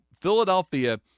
Philadelphia –